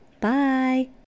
Bye